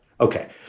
Okay